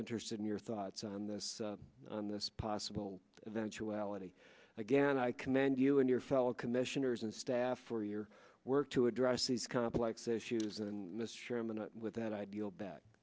interested in your thoughts on this on this possible eventuality again i commend you and your fellow commissioners and staff for your work to address these complex issues and mr chairman with that ideal